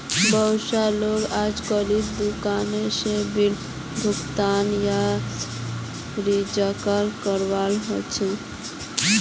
बहुत स लोग अजकालेर दुकान स बिल भुगतान या रीचार्जक करवा ह छेक